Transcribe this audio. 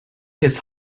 his